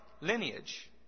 lineage